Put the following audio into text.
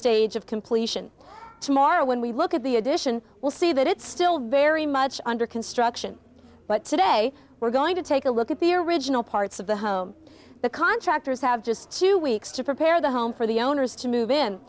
stage of completion tomorrow when we look at the addition we'll see that it's still very much under construction but today we're going to take a look at the original parts of the home the contractors have just two weeks to prepare the home for the owners to move in